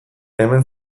hemen